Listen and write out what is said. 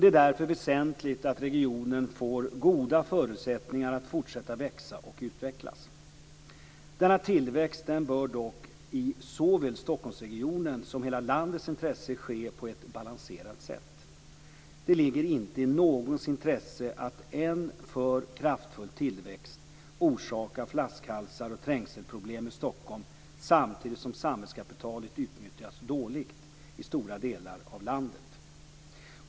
Det är därför väsentligt att regionen får goda förutsättningar att fortsätta växa och utvecklas. Denna tillväxt bör dock i såväl Stockholmsregionens som hela landets intresse ske på ett balanserat sätt. Det ligger inte i någons intresse att en för kraftfull tillväxt orsakar flaskhalsar och trängselproblem i Stockholm samtidigt som samhällskapitalet utnyttjas dåligt i stora delar av landet.